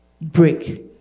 break